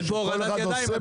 אין כאן הורדת ידיים.